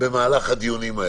במהלך הדיונים.